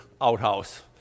outhouse